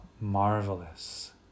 marvelous